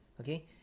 Okay